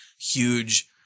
huge